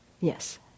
Yes